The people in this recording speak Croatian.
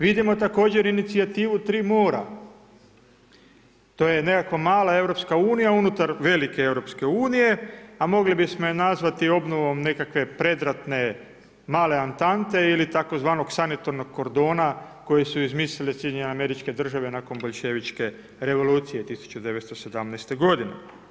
Vidimo također inicijativu „Tri mora“, to je nekakva mala EU unutar velike EU, a mogli bismo je nazvati obnovom nekakve predratne male atante ili tzv. sanitarnog kordona koji su izmislile SAD nakon Boljševičke revolucije 1917. godine.